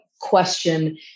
question